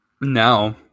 No